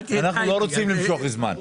אנחנו לא רוצים למשוך זמן.